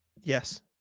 Yes